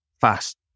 fast